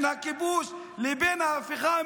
לבין ההפיכה המשטרית.